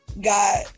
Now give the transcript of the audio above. God